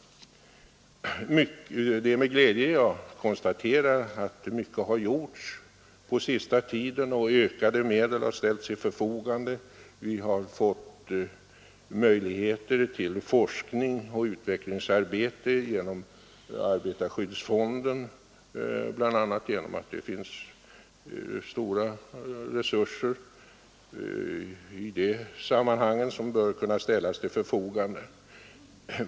Det är med glädje jag konstaterar att mycket har gjorts på senaste tiden och ökade medel har ställts till förfogande. Vi har fått goda möjligheter till forskning och utvecklingsarbete bl.a. genom de resurser som arbetarskyddsfonden bör kunna ställa till förfogande.